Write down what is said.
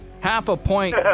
Half-a-point